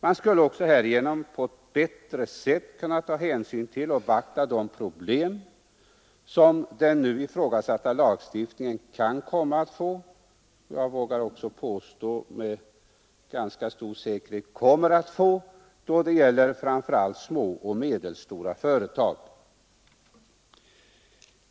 Man skulle också härigenom på ett bättre sätt kunna beakta de problem som den ifrågasatta lagstiftningen kan och med säkerhet också kommer att skapa, framför allt bland små och medelstora företag.